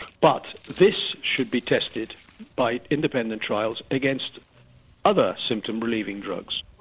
but this should be tested by independent trials against other symptom-relieving drugs.